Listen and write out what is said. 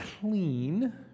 clean